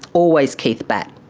always keith batt.